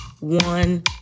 one